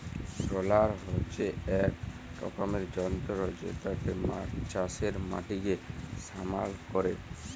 roller হচ্যে এক রকমের যন্ত্র জেতাতে চাষের মাটিকে সমাল ক্যরে